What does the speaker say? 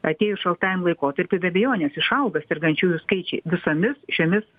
atėjus šaltajam laikotarpiui be abejonės išauga sergančiųjų skaičiai visomis šiomis